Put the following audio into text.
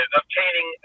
obtaining